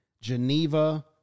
Geneva